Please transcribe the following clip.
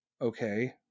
Okay